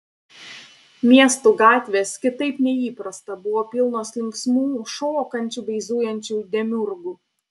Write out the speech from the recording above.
miestų gatvės kitaip nei įprasta buvo pilnos linksmų šokančių bei zujančių demiurgų